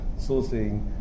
sourcing